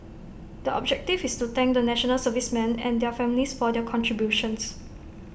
the objective is to thank the National Servicemen and their families for their contributions